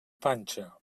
panxa